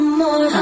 more